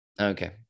okay